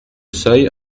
seuil